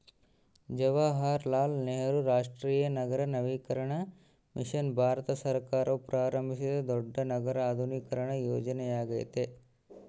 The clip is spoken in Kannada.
ಜವಾಹರಲಾಲ್ ನೆಹರು ರಾಷ್ಟ್ರೀಯ ನಗರ ನವೀಕರಣ ಮಿಷನ್ ಭಾರತ ಸರ್ಕಾರವು ಪ್ರಾರಂಭಿಸಿದ ದೊಡ್ಡ ನಗರ ಆಧುನೀಕರಣ ಯೋಜನೆಯ್ಯಾಗೆತೆ